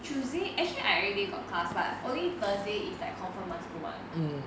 tuesday actually I everyday got class but only thursday is like confirm must go [one]